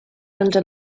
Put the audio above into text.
under